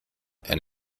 and